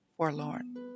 forlorn